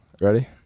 Ready